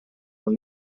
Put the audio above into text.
con